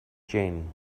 jane